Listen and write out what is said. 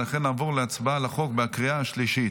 לכן נעבור להצבעה על החוק בקריאה השלישית.